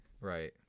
Right